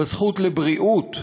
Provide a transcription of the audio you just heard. בזכות לבריאות.